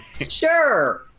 Sure